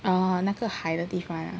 ohh 那个海的地方 ah